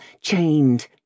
chained